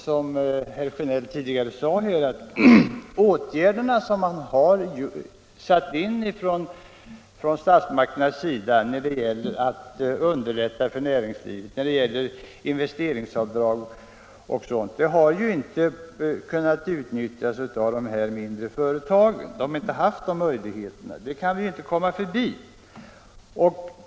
Som herr Sjönell tidigare sade här har de åtgärder — investeringsavdrag och annat — som statsmakterna satt in för att underlätta för näringslivet inte kunnat utnyttjas av de mindre företagen. De har inte haft de möjligheterna — det kan vi inte komma förbi.